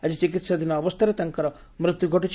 ଆଜି ଚିକିହାଧୀନ ଅବସ୍ଥାରେ ତାଙ୍କର ମୃତ୍ଧୁ ଘଟିଛି